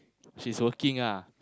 she's working ah